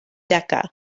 decca